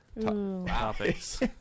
topics